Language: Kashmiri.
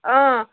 آ